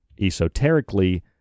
esoterically